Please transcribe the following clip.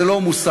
זה לא מוסרי,